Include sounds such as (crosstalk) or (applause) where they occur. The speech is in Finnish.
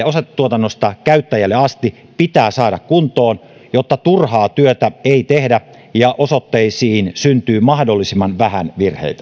(unintelligible) osoitetuotannosta käyttäjälle asti pitää saada kuntoon jotta turhaa työtä ei tehdä ja osoitteisiin syntyy mahdollisimman vähän virheitä